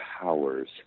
powers